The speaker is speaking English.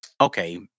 okay